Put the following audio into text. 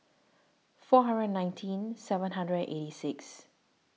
four hundred and nineteen seven hundred and eighty six